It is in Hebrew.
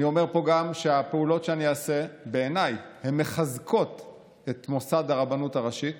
אני אומר פה גם שהפעולות שאני אעשה בעיניי מחזקות את מוסד הרבנות הראשית